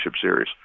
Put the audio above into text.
series